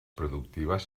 productives